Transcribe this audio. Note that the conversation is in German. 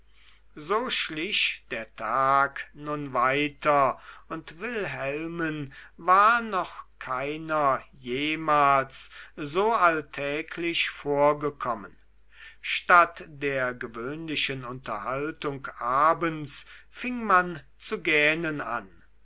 so schlich der tag nun weiter und wilhelmen war noch keiner jemals so alltäglich vorgekommen statt der gewöhnlichen unterhaltung abends fing man zu gähnen an